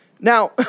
Now